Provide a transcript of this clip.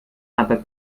aber